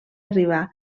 arribar